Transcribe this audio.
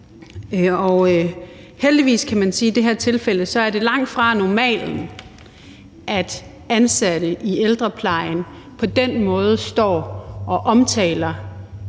heldigvis kan man sige, at det – som i det her tilfælde – langt fra er normalen, at ansatte i ældreplejen på den måde står og omtaler